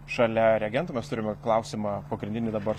šalia reagentų mes turime klausimą pagrindinį dabar